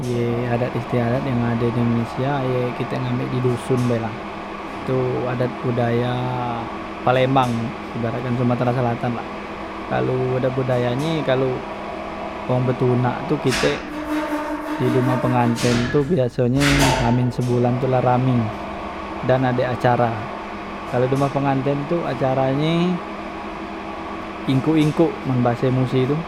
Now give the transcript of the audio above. Ye adat istiadat yang ade di indonesia ye kite ngambek di doson be la tu adat budaya palembang ibarat kan sumatra selatan lah kalu adat budaya nye kalu wong betunak tu kite di dumah penganten tu biasonye h min sebulan tu la rami dan ade acara, kalu dumah penganten acara nye ingkuk ingkuk men bahase musi tu